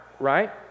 right